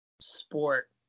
sport